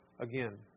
again